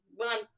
run